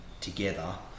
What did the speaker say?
together